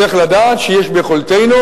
נצטרך לפחות לדעת שיש ביכולתנו,